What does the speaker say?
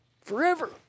forever